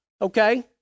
Okay